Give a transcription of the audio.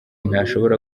ntashobora